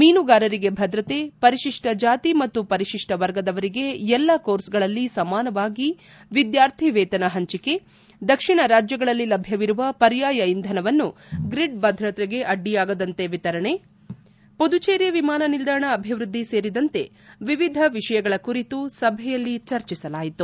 ಮೀನುಗಾರರಿಗೆ ಭದ್ರತೆ ಪರಿಶಿಷ್ಟ ಜಾತಿ ಮತ್ತು ಪರಿಶಿಷ್ಟ ವರ್ಗದವರಿಗೆ ಎಲ್ಲ ಕೋರ್ಸ್ಗಳಲ್ಲಿ ಸಮಾನವಾಗಿ ವಿದ್ವಾರ್ಥಿವೇತನ ಹಂಚಿಕೆ ದಕ್ಷಿಣ ರಾಜ್ಯಗಳಲ್ಲಿ ಲಭ್ಯವಿರುವ ಪರ್ಯಾಯ ಇಂಧನವನ್ನು ರಿಡ್ ಭದ್ರತೆಗೆ ಅಡ್ಡಿಯಾಗದಂತೆ ವಿತರಣೆ ಪುದುಚೇರಿ ವಿಮಾನ ನಿಲ್ಲಾಣ ಅಭಿವೃದ್ದಿ ಸೇರಿದಂತೆ ವಿವಿಧ ವಿಷಯಗಳ ಕುರಿತು ಸಭೆಯಲ್ಲಿ ಚರ್ಚಿಸಲಾಯಿತು